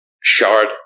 shard